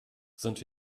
sind